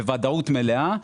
בוודאות מלאה,